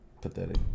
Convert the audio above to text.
Pathetic